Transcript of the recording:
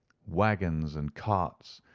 waggons and carts,